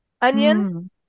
onion